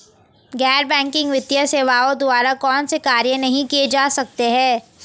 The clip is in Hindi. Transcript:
गैर बैंकिंग वित्तीय सेवाओं द्वारा कौनसे कार्य नहीं किए जा सकते हैं?